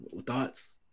Thoughts